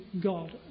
God